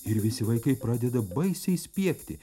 ir visi vaikai pradeda baisiai spiegti